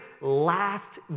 last